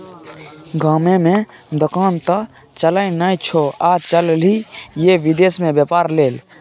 गाममे दोकान त चलय नै छौ आ चललही ये विदेश मे बेपार लेल